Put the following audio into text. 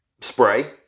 spray